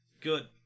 Good